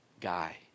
guy